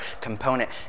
component